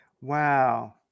wow